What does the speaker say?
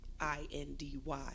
I-N-D-Y